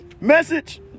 message